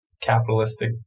capitalistic